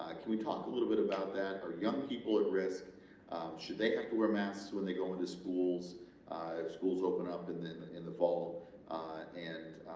ah can we talk a little bit about that or young people at risk should they have to wear masks when they go into schools if schools open up and then in the fall and